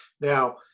Now